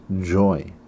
joy